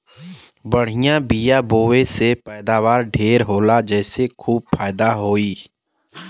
बढ़िया बिया बोवले से पैदावार ढेर होला जेसे खूब फायदा होई